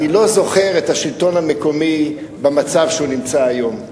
אני לא זוכר את השלטון המקומי במצב שהוא נמצא היום.